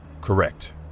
Correct